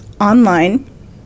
online